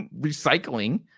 recycling